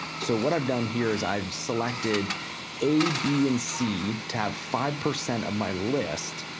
so what i've done here is i've selected a, b, and c to have five percent of my list.